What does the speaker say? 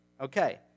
Okay